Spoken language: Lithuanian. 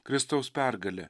kristaus pergalę